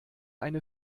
eine